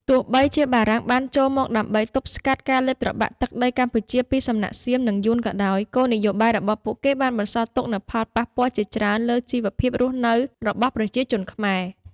ទោះបីជាបារាំងបានចូលមកដើម្បីទប់ស្កាត់ការលេបត្របាក់ទឹកដីកម្ពុជាពីសំណាក់សៀម និងយួនក៏ដោយ គោលនយោបាយរបស់ពួកគេបានបន្សល់ទុកនូវផលប៉ះពាល់ជាច្រើនលើជីវភាពរស់នៅរបស់ប្រជាជនខ្មែរ។